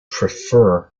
prefer